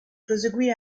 proseguì